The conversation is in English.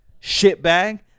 Shitbag